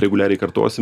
reguliariai kartosi